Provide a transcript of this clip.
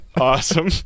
Awesome